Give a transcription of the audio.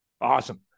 Awesome